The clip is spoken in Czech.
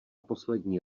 poslední